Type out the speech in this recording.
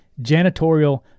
janitorial